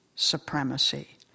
Supremacy